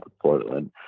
Portland